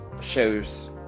shows